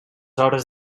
obres